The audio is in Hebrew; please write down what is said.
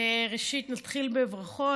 ראשית, נתחיל בברכות.